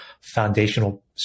foundational